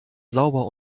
sauber